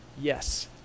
Yes